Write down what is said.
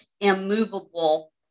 immovable